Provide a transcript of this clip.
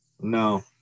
No